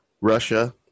Russia